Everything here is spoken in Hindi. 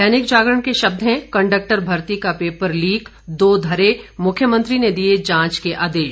दैनिक जागरण के शब्द हैं कंडक्टर भर्ती का पेपर लीक दो धरे मुख्यमंत्री ने दिये जांच के आदेश